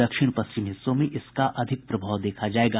दक्षिण पश्चिम हिस्सों में इसका अधिक प्रभाव देखा जायेगा